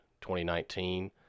2019